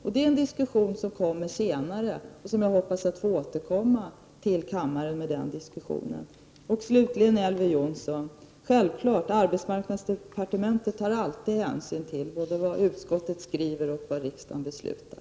Detta är en diskussion som kommer upp senare, och jag hoppas kunna återkomma till kammaren i samband med den diskussionen. Slutligen vill jag till Elver Jonsson säga att arbetsmarknadsdepartementet självfallet alltid tar hänsyn till både vad utskottet skriver och vad rikdagen beslutar.